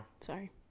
Sorry